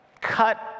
cut